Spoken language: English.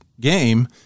game